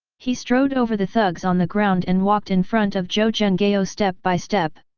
he strode over the thugs on the ground and walked in front of zhou zhenghao step by step.